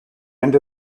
end